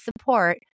support